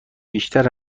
بیشتر